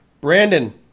Brandon